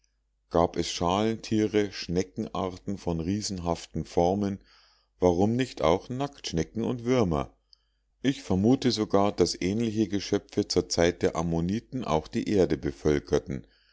gab es schalentiere schneckenarten von riesenhaften formen warum nicht auch nacktschnecken und würmer ich vermute sogar daß ähnliche geschöpfe zur zeit der ammoniten auch die erde bevölkerten